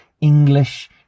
English